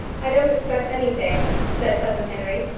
i don't expect anything, said cousin henry.